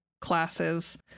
classes